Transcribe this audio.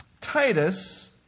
Titus